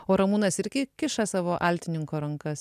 o ramūnas irgi kiša savo altininko rankas